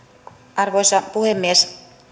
arvoisa puhemies